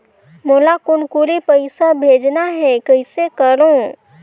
मोला कुनकुरी पइसा भेजना हैं, कइसे करो?